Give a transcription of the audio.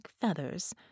feathers